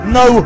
no